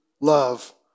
love